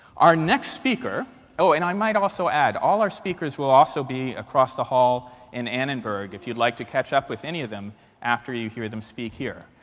our next speaker oh, and i might also add, all our speakers will also be across the hall in annenberg, if you'd like to catch up with any of them after you hear them speak here.